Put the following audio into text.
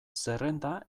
zerrenda